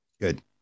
Good